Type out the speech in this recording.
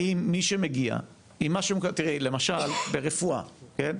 האם מי שמגיע, תראי, למשל ברפואה, כן?